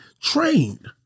trained